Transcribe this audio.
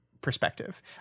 perspective